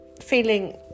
feeling